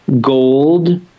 gold